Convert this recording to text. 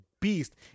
beast